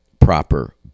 proper